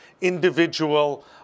individual